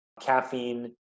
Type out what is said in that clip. Caffeine